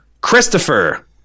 Christopher